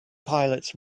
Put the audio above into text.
pilots